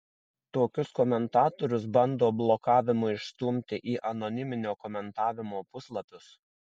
tokius komentatorius bando blokavimu išstumti į anoniminio komentavimo puslapius